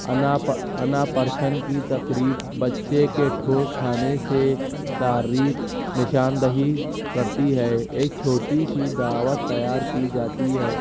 انا اناپرشن کی تقریب بچے کے ٹھوس کھانے سے تاریخ نشاندہی کرتی ہے ایک چھوٹی سی دعوت تیار کی جاتی ہے